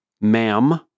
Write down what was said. ma'am